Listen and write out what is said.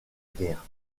guerre